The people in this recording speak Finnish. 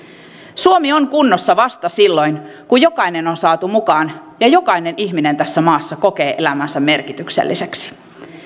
suomi on kunnossa vasta silloin kun jokainen on saatu mukaan ja jokainen ihminen tässä maassa kokee elämänsä merkitykselliseksi